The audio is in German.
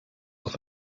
auf